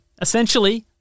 Essentially